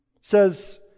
says